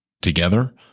together